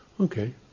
Okay